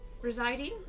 residing